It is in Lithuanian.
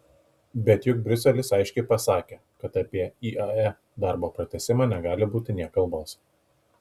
bet juk briuselis aiškiai pasakė kad apie iae darbo pratęsimą negali būti nė kalbos